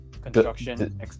construction